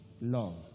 love